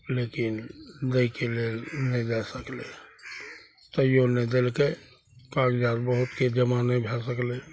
लेकिन दैके लेल नहि दए सकलय तैयो ने देलकइ कागजात बहुत्ते जमा नहि भए सकलै